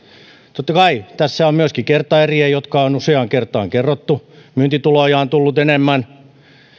totta kai tässä on myöskin kertaeriä jotka on useaan kertaan kerrottu myyntituloja on tullut enemmän